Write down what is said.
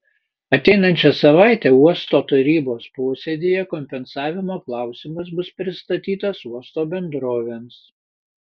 ateinančią savaitę uosto tarybos posėdyje kompensavimo klausimas bus pristatytas uosto bendrovėms